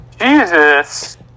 Jesus